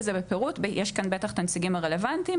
לזה בפירוט ויש כאן בטח את הנציגים הרלוונטיים.